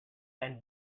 and